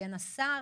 השר